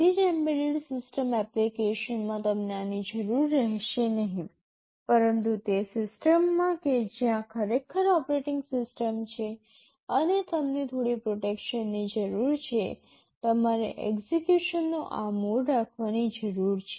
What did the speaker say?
બધી જ embedded system એપ્લિકેશનમાં તમને આની જરૂર રહેશે નહીં પરંતુ તે સિસ્ટમમાં કે જ્યાં ખરેખર ઓપરેટિંગ સિસ્ટમ છે અને તમને થોડી પ્રોટેક્શનની જરૂર છે તમારે એક્ઝેક્યુશનનો આ મોડ રાખવાની જરૂર છે